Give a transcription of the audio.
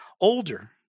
older